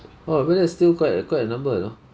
oh but that's still quite a quite a number know